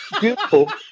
Beautiful